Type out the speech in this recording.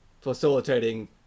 facilitating